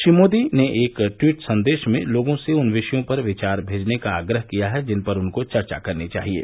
श्री मोदी ने एक ट्वीट संदेश में लोगों से उन विषयों पर विचार भेजने का आग्रह किया है जिन पर उनको चर्चा करनी चाहिये